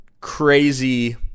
crazy